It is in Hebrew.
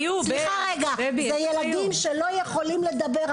זה ילדים שלא יכולים לדבר.